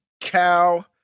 cow